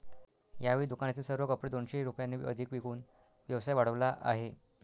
यावेळी दुकानातील सर्व कपडे दोनशे रुपयांनी अधिक विकून व्यवसाय वाढवला आहे